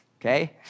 okay